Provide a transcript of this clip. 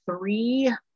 three